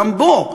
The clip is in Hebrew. גם בו.